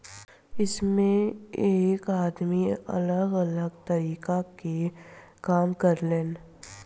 एइमें एक आदमी अलग अलग तरीका के काम करें लेन